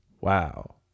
Wow